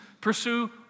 pursue